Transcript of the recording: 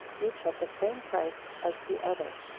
each at the same price as the other.